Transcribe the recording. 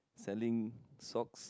selling socks